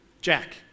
Jack